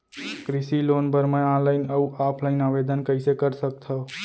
कृषि लोन बर मैं ऑनलाइन अऊ ऑफलाइन आवेदन कइसे कर सकथव?